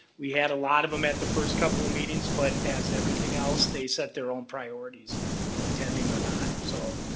we had a lot of them at the first couple of meetings, but, as everything else, they set their own priorities of attending or not. so,